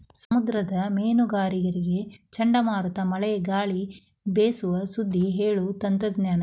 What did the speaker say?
ಸಮುದ್ರದ ಮೇನುಗಾರರಿಗೆ ಚಂಡಮಾರುತ ಮಳೆ ಗಾಳಿ ಬೇಸು ಸುದ್ದಿ ಹೇಳು ತಂತ್ರಜ್ಞಾನ